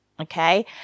okay